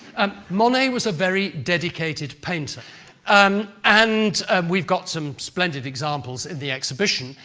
um monet was a very dedicated painter um and we've got some splendid examples in the exhibition,